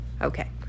Okay